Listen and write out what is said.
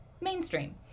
mainstream